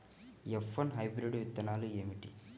F one hybrid విత్తనాలు ఏమిటి?